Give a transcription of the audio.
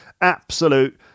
Absolute